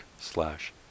slash